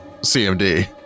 CMD